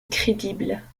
crédible